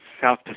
South